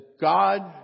God